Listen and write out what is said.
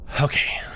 okay